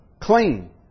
clean